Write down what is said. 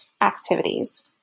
activities